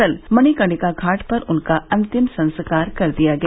कल मणिकर्णिका घाट पर उनका अंतिम संस्कार कर दिया गया